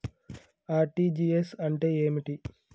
RTGS అంటే ఏమిటి?